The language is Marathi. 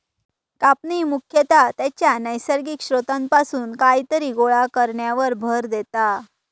कापणी मुख्यतः त्याच्या नैसर्गिक स्त्रोतापासून कायतरी गोळा करण्यावर भर देता